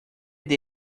del